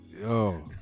Yo